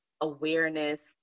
awareness